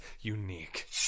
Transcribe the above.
unique